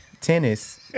Tennis